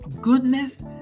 Goodness